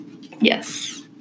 yes